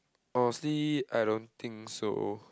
honestly I don't think so